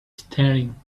staring